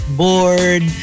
bored